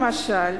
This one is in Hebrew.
למשל,